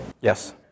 Yes